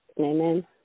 Amen